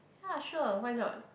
ya sure why not